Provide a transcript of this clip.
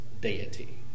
deity